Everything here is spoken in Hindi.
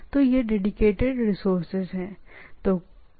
तो यह चीजों का एक डेडीकेटेड रिसोर्स के प्रकार है